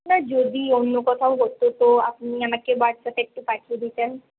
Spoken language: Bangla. না যদি অন্য কোথাও হতো তো আপনি আমাকে হোয়াটসঅ্যাপে একটু পাঠিয়ে দিতেন